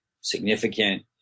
significant